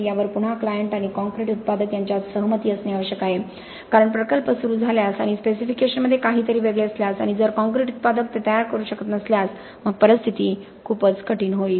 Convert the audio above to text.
यावर पुन्हा क्लायंट आणि काँक्रीट उत्पादक यांच्यात सहमती असणे आवश्यक आहे कारण प्रकल्प सुरू झाल्यास आणि स्पेसिफिकेशनमध्ये काहीतरी वेगळे असल्यास आणि जर काँक्रीट उत्पादक ते तयार करू शकत नसल्यास मग परिस्थिती खूपच कठीण होईल